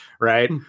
right